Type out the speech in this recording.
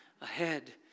ahead